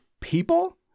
people